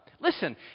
Listen